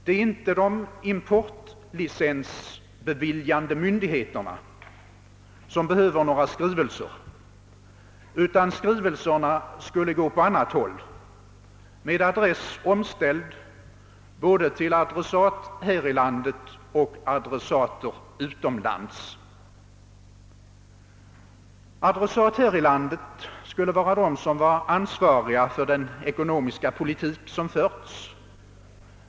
Det är inte de importlicensbeviljande myndigheterna som behöver några skrivelser, utan dessa borde gå åt annat håll — med andra adressater både här i landet och utomlands. Adressater här i Sverige skulle vara de som är ansvariga för den ekonomiska politik som förts.